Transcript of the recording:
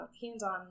hands-on